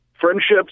Friendships